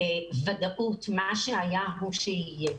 ודאות מה שהיה הוא שיהיה.